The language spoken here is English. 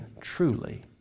truly